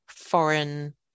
foreign